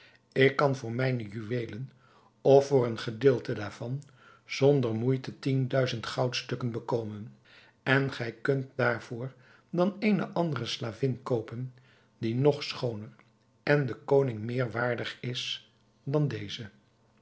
ik kan voor mijne juweelen of voor een gedeelte daarvan zonder moeite tien duizend goudstukken bekomen en gij kunt daarvoor dan eene andere slavin koopen die nog schooner en den koning meer waardig is dan deze